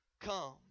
come